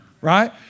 right